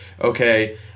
okay